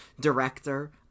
director